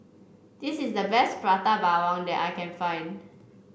this is the best Prata Bawang that I can find